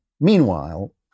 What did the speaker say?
Meanwhile